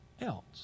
else